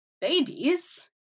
babies